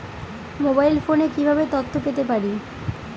Mobile ফোনে কিভাবে তথ্য পেতে পারি?